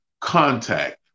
contact